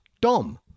dom